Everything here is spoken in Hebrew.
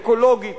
אקולוגית,